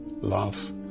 love